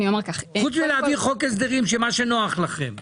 חוץ מאשר להביא חוק הסדרים של מה שנוח לכם.